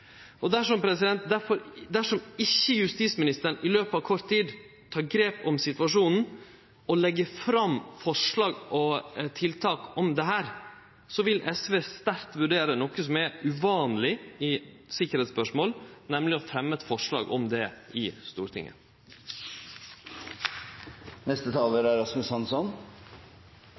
alternativa. Dersom ikkje justisministeren i løpet av kort tid tek grep om situasjonen og legg fram forslag og tiltak om dette, vil SV sterkt vurdere noko som er uvanleg i sikkerheitsspørsmål, nemleg å fremje eit forslag om det i